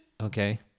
okay